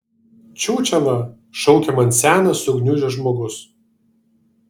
čiūčela šaukia man senas sugniužęs žmogus